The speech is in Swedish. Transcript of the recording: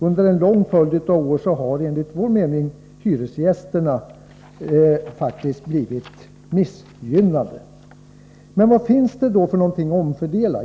Under en lång följd av år har, anser vi, hyresgästerna faktiskt blivit missgynnade. Vad finns det då att omfördela?